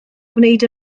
gwneud